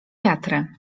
wiatry